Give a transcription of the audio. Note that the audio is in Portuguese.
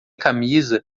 camisa